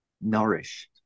nourished